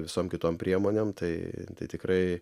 visom kitom priemonėm tai tikrai